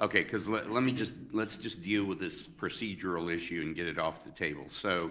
okay, let let me just, let's just deal with this procedural issue and get it off the table, so